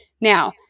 now